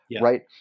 right